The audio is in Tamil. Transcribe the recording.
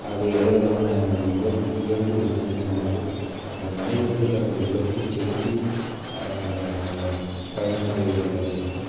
அது எந்த விதமான இயக்க இயங்கு விசையும் இல்லாம மனிதர்களே தன்னுடைய உழைப்பைச் செலுத்தி பயணம் செய்ய வேண்டியதாக இருக்கும்